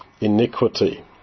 iniquity